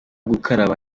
gukaraba